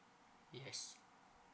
yes